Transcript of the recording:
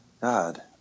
God